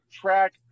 track